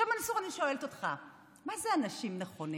מנסור, אני שואלת אותך: מה זה אנשים נכונים?